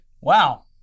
Wow